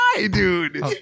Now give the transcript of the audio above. Dude